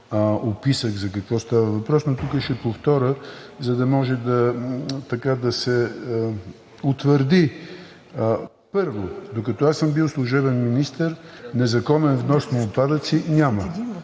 описах, за какво става въпрос. Тук ще повторя, за да може да се утвърди. Първо, докато съм бил служебен министър, незаконен внос на отпадъци няма.